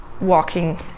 walking